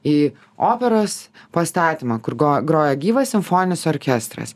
į operos pastatymą kur go groja gyvas simfoninis orkestras